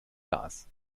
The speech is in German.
gas